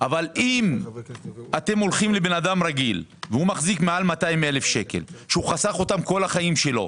אבל אם אתם הולכים לאדם רגיל שמחזיק מעל 200,000 שקל שחסך כל חייו,